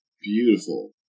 Beautiful